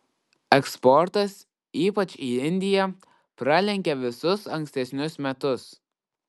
eksportas ypač į indiją pralenkia visus ankstesnius metus